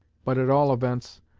but at all events,